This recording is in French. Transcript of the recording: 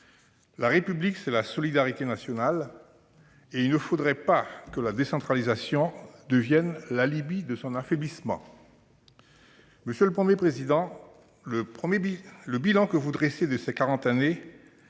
La République, c'est la solidarité nationale. Et il ne faudrait pas que la décentralisation devienne l'alibi de son affaiblissement. » Monsieur le Premier président, le bilan que vous dressez de ces quarante